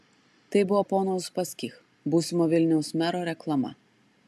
tai buvo pono uspaskich būsimo vilniaus mero reklama